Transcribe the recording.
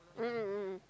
mm mm mm mm